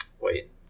wait